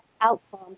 outcome